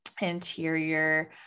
interior